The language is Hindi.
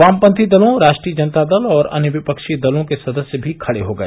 वामपंथी दलों राष्ट्रीय जनता दल और अन्य विपक्षी दलों के सदस्य भी खड़े हो गए